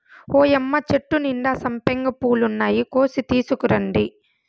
ఓయ్యమ్మ చెట్టు నిండా సంపెంగ పూలున్నాయి, కోసి తీసుకురండి